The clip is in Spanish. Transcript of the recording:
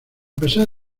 pesar